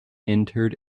entered